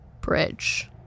bridge